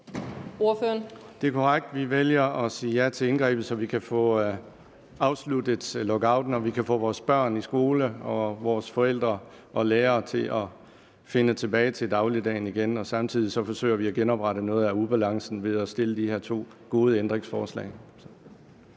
Det er korrekt. Vi vælger at sige ja til indgrebet, så vi kan få afsluttet lockouten, få børnene i skole og få forældrene og lærerne til at finde tilbage til dagligdagen igen. Samtidig forsøger vi at genoprette noget af ubalancen ved at stille de her to gode ændringsforslag.